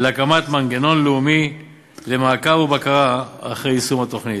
להקמת מנגנון לאומי למעקב ובקרה אחר יישום התוכנית.